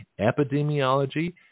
epidemiology